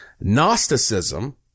Gnosticism